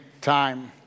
time